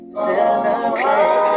celebrate